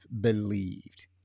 believed